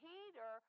Peter